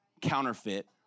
counterfeit